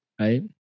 Right